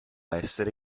essere